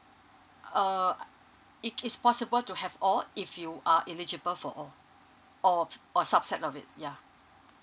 uh it is possible to have all if you are eligible for all or or subset of it yeah